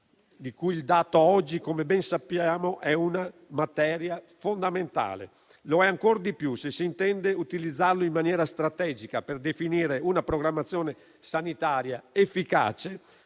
dei dati. Il dato oggi - come ben sappiamo - è una materia fondamentale e lo è ancor di più se si intende utilizzarlo in maniera strategica per definire una programmazione sanitaria efficace,